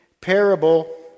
parable